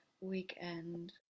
weekend